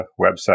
website